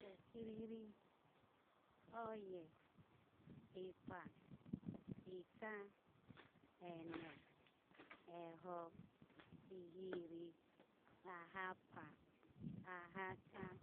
Okiriri, oye, epa, eta, ene, eho, ehiri, ahapa, ahata,